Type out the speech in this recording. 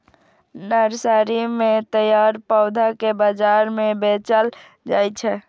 nursery मे तैयार पौधा कें बाजार मे बेचल जाइ छै